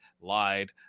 lied